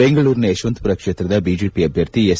ಬೆಂಗಳೂರಿನ ಯಶವಂತಪುರ ಕ್ಷೇತ್ರದ ಬಿಜೆಪಿ ಅಭ್ಯರ್ಥಿ ಎಸ್